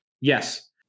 yes